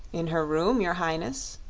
in her room, your highness,